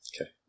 Okay